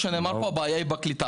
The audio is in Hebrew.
כפי שנאמר פה, הבעיה היא בקליטה.